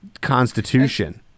Constitution